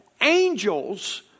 angels